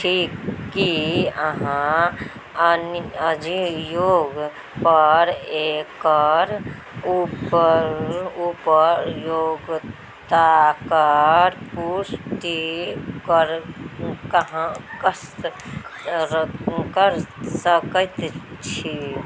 छी की अहाँ अन्य अजियोपर एकर उप उपयोगिताके पुष्टि कर कहाँ कस कर सकैत छी